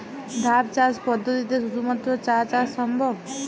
ধাপ চাষ পদ্ধতিতে শুধুমাত্র চা চাষ সম্ভব?